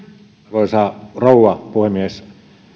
arvoisa rouva puhemies